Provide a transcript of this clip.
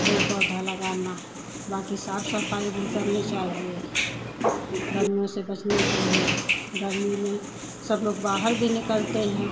पेड़ पौधा लगाना बाकी साफ़ सफ़ाई भी करनी चाहिए गर्मी से बचने के लिए गर्मी में सब लोग बाहर भी निकलते हैं